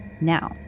Now